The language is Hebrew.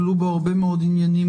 עלו בו הרבה מאוד עניינים,